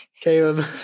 Caleb